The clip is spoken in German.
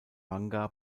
manga